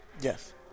Yes